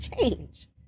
change